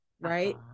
right